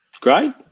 Great